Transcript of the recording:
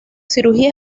cirugía